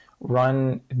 run